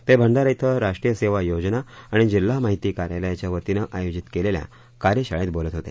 ते भंडारा क्वं राष्ट्रीय सेवा योजना आणि जिल्हा माहिती कार्यालयाच्या वतीनं आयोजित केलेल्या कार्यशाळेत बोलत होते